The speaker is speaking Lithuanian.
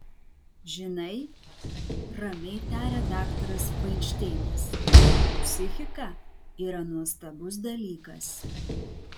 žinai ramiai tarė daktaras fainšteinas psichika yra nuostabus dalykas